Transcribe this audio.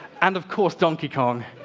and, of course, donkey kong,